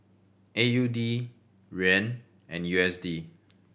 A U D Yuan and U S D